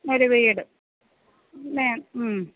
ഒരു വീട് മ്മ്